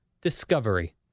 Discovery